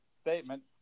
statement